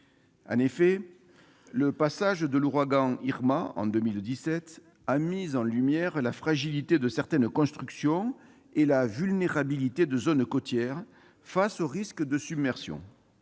Le passage de l'ouragan Irma, en 2017, a en effet mis en lumière la fragilité de certaines constructions et la vulnérabilité de zones côtières face au risque de submersion.